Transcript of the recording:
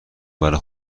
برا